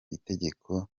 itegeko